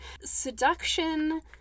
Seduction